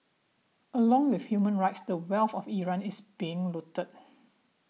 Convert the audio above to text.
along with human rights the wealth of Iran is being looted